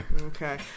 Okay